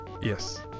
Yes